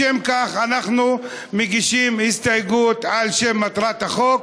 לשם כך אנחנו מגישים הסתייגות למטרת החוק,